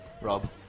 Rob